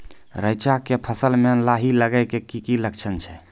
रैचा के फसल मे लाही लगे के की लक्छण छै?